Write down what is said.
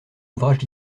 ouvrages